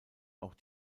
auch